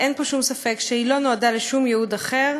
אין פה שום ספק שהיא לא נועדה לשום ייעוד אחר.